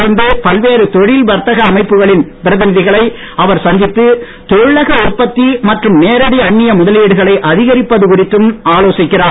தொடர்ந்து பல்வேறு தொழில் வர்த்தக அமைப்புகளின் பிரதிநிதிகளை அவர் சந்தித்து தொழிலக உற்பத்தி மற்றும் நேரடி அன்னிய முதலீடுகளை அதிகரிப்பது குறித்தும் ஆலோசிக்கிறார்